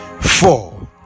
four